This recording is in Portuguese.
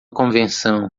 convenção